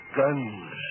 guns